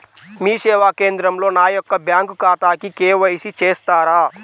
మీ సేవా కేంద్రంలో నా యొక్క బ్యాంకు ఖాతాకి కే.వై.సి చేస్తారా?